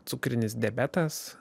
cukrinis diabetas